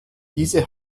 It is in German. diese